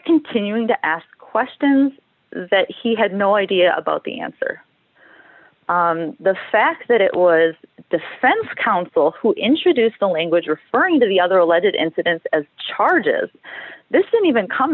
continuing to ask questions that he had no idea about the answer the fact that it was defense counsel who introduced the language referring to the other alleged incidents as charges this in even come